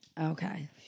Okay